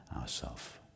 ourself